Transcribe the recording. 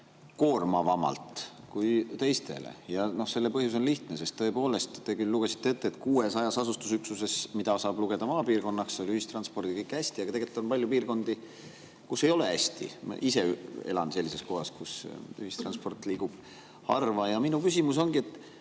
koormavamalt kui teistele. Selle põhjus on lihtne. Tõepoolest, te lugesite ette, et 600 asustusüksuses, mida saab lugeda maapiirkonnaks, oli ühistranspordiga kõik hästi, aga tegelikult on palju piirkondi, kus ei ole hästi. Ma ise elan sellises kohas, kus ühistransport liigub harva. Minu küsimus ongi,